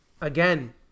Again